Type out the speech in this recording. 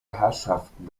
herrschaften